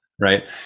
right